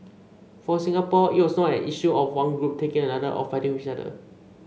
for Singapore it was not an issue of one group taking from another or fighting with each other